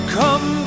come